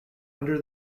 under